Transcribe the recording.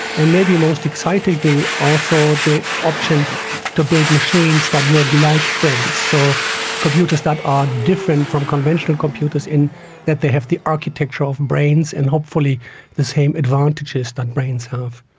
and maybe most excitingly also the option to build machines that work like brains. so computers that are different from conventional computers in that they have the architecture of brains and hopefully the same advantages that brains have.